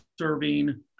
serving